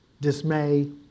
Dismay